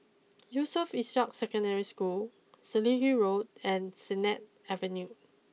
Yusof Ishak Secondary School Selegie Road and Sennett Avenue